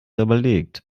überlegt